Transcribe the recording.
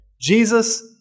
Jesus